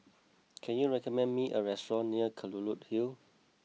can you recommend me a restaurant near Kelulut Hill